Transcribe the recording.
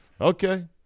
okay